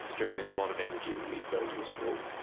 is generally a lot of energy when we go to a school,